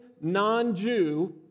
non-Jew